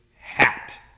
hat